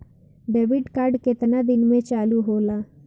Debit card केतना दिन में चालु होला?